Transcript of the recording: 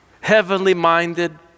heavenly-minded